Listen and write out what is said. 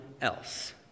else